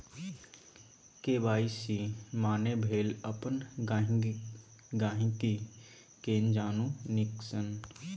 KYC माने भेल अपन गांहिकी केँ जानु नीक सँ